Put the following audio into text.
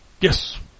Yes